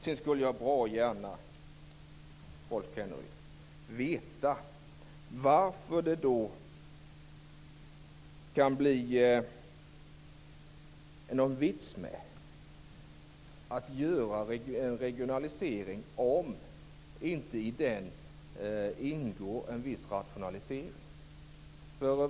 Sedan skulle jag bra gärna vilja veta varför det är någon vits med att genomföra en regionalisering om det inte i denna ingår en viss rationalisering.